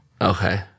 Okay